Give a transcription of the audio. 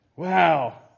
Wow